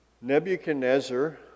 Nebuchadnezzar